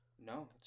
no